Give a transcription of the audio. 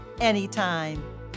Anytime